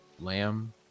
lamb